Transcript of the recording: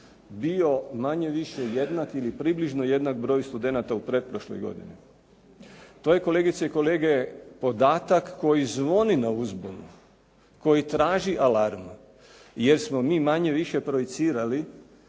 bio manje-više jednak, ili približno jednak broj studenata u pretprošloj godini. To je kolegice i kolege podatak koji zvoni na uzbunu, koji traži alarm jer smo mi manje-više projicirali